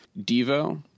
Devo